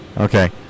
Okay